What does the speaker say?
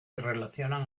relacionan